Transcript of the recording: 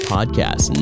Podcast